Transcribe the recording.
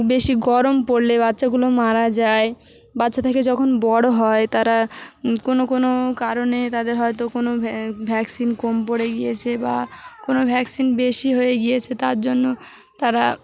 বেশি গরম পড়লে বাচ্চাগুলো মারা যায় বাচ্চা থেকে যখন বড় হয় তারা কোনো কোনো কারণে তাদের হয়তো কোনো ভ্যা ভ্যাকসিন কম পড়ে গিয়েছে বা কোনো ভ্যাকসিন বেশি হয়ে গিয়েছে তার জন্য তারা